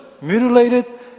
mutilated